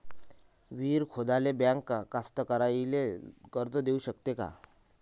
विहीर खोदाले बँक कास्तकाराइले कर्ज देऊ शकते का?